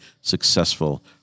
successful